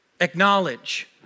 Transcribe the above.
acknowledge